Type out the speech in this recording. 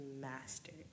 mastered